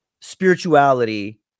spirituality